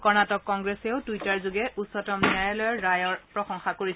কৰ্ণাটক কংগ্ৰেছেও টুইটাৰযোগে উচ্চতম ন্যায়ালয়ৰ ৰায়ৰ প্ৰশংসা কৰিছে